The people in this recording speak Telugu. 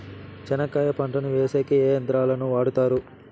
చెనక్కాయ పంటను వేసేకి ఏ యంత్రాలు ను వాడుతారు?